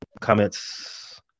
comments